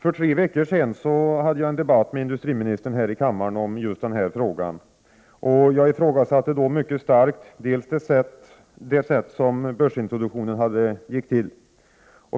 För tre veckor sedan hade jag en debatt med industriministern här i kammaren om just denna fråga. Jag ifrågasatte då mycket starkt bl.a. det sätt på vilket börsintroduktionen gick till.